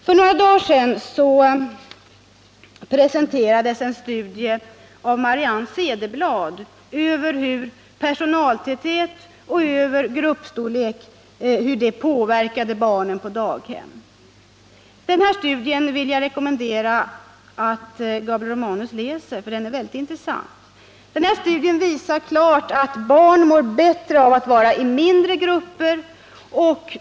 För några dagar sedan presenterades en studie av Marianne Cederblad över hur personaltäthet och gruppstorlek påverkar barn på daghem. Denna studie — som jag vill rekommendera Gabriel Romanus att läsa, eftersom den är väldigt intressant — visar klart att barn mår bättre av att vara i mindre grupper.